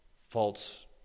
false